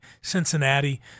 Cincinnati